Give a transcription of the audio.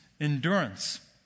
endurance